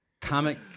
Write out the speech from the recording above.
Comic